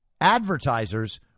advertisers